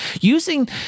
using